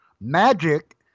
magic